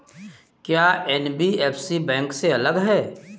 क्या NBFC bank से अलग है?